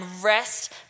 rest